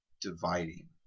dividing